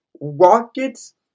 Rockets